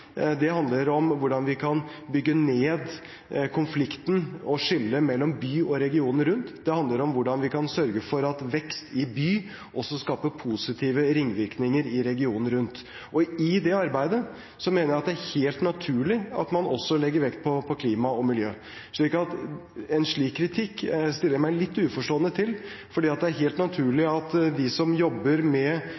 handler om hvordan vi kan bygge ned konflikten og skille mellom by og regionen rundt. Det handler om hvordan vi kan sørge for at vekst i by også skaper positive ringvirkninger i regionen rundt. I det arbeidet mener jeg at det er helt naturlig at man også legger vekt på klima og miljø. En slik kritikk stiller jeg meg litt uforstående til, for det er helt naturlig